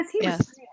Yes